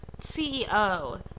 ceo